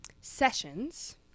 sessions